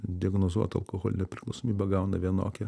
diagnozuotą alkoholinę priklausomybę gauna vienokį